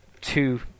two